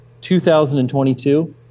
2022